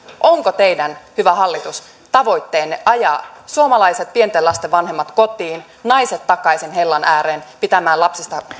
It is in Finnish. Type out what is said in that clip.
onko hyvä hallitus teidän tavoitteenne ajaa suomalaiset pienten lasten vanhemmat kotiin naiset takaisin hellan ääreen pitämään lapsista